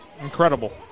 Incredible